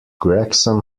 gregson